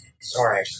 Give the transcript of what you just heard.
Sorry